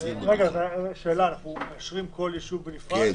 אנחנו מאשרים כל יישוב בנפרד?